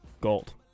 gold